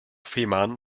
fehmarn